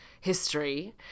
history